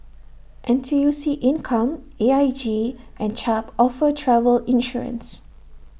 N T U C income A I G and Chubb offer travel insurance